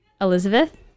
Elizabeth